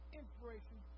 inspiration